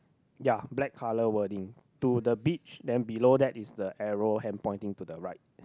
ya black colour working to the beach then below that is the arrow hand pointing to the right